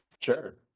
sure